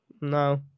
No